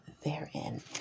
therein